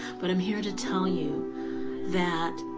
but i'm here to tell you that